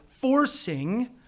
forcing